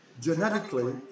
genetically